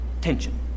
tension